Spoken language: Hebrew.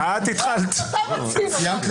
אבל את זה נשאיר לדיונים הבאים.